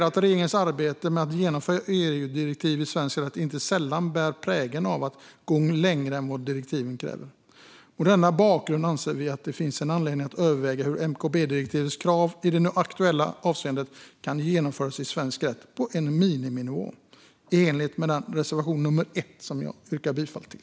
Regeringens arbete med att införliva EUdirektiv i svensk rätt bär inte sällan prägeln av att gå längre än vad direktiven kräver. Mot denna bakgrund anser vi att det finns anledning att överväga huruvida MKB-direktivets krav i det nu aktuella avseendet kan införas i svensk rätt på en miniminivå i enlighet med reservation 1, som jag yrkar bifall till.